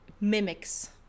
mimics